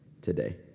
today